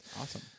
Awesome